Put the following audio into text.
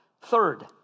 Third